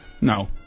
No